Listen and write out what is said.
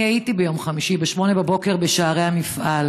אני הייתי ביום חמישי ב-08:00 בשערי המפעל,